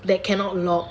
that cannot lock